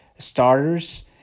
starters